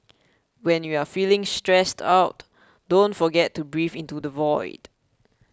when you are feeling stressed out don't forget to breathe into the void